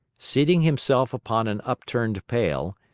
seating himself upon an upturned pail,